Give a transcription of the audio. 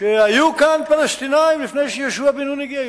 שהיו כאן פלסטינים לפני שיהושע בן נון הגיע.